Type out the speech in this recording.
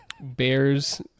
Bears